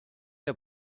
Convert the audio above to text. der